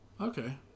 Okay